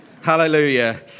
Hallelujah